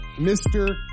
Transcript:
Mr